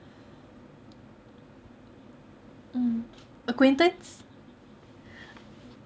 acquaintance